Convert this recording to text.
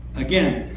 again,